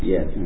Yes